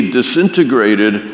disintegrated